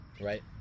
right